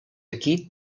aquí